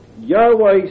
Yahweh